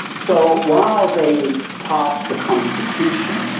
so while they passed a constitution,